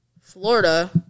Florida